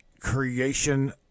creation